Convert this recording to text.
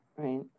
Right